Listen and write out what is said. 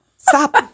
Stop